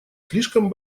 слишком